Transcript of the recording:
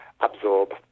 absorb